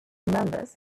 remembers